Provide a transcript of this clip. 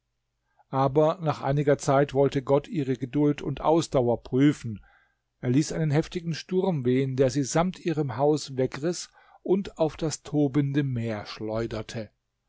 aber nach einiger zeit wollte gott ihre geduld und ausdauer prüfen er ließ einen heftigen sturm wehen der sie samt ihrem haus wegriß und auf das tobende meer schleuderte